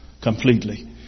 completely